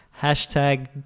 Hashtag